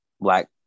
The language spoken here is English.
black